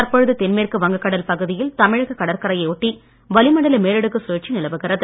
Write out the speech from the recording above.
தற்பொழுது தென்மேற்கு வங்க கடல் பகுதியில் தமிழக கடற்கரையை ஒட்டி வளிமண்டல மேலடுக்கு சுழற்சி நிலவுகிறது